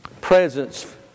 presence